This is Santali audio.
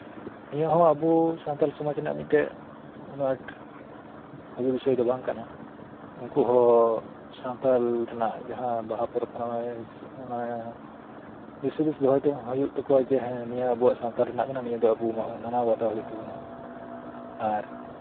ᱱᱤᱭᱟᱹ ᱦᱚᱸ ᱟᱵᱚ ᱥᱟᱱᱛᱟᱞ ᱥᱚᱢᱟᱡ ᱨᱮᱭᱟᱜ ᱢᱤᱫᱴᱮᱱ ᱩᱱᱟᱹᱜ ᱟᱸᱴ ᱵᱷᱟᱜᱮ ᱵᱤᱥᱚᱭ ᱫᱚ ᱵᱟᱝ ᱠᱟᱱᱟ ᱩᱱᱠᱩ ᱡᱟᱸᱦᱟ ᱥᱟᱱᱛᱟᱞ ᱨᱮᱱᱟᱜ ᱵᱟᱦᱟ ᱯᱚᱨᱚᱵ ᱠᱟᱱᱟ ᱚᱱᱟ ᱵᱤᱥᱥᱟᱹᱥ ᱫᱚᱦᱚᱭ ᱦᱩᱭᱩᱜ ᱛᱟᱠᱚᱣᱟ ᱡᱮ ᱱᱤᱭᱟᱹ ᱟᱵᱚᱣᱟᱜ ᱥᱟᱶᱛᱟ ᱨᱮᱭᱟᱜ ᱠᱟᱱᱟ ᱱᱤᱭᱟᱹ ᱟᱵᱚ ᱢᱟᱱᱟᱣ ᱵᱟᱛᱟᱣ ᱦᱳᱭᱳᱜ ᱛᱟᱵᱚᱱᱟ ᱟᱨ